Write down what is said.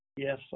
Yes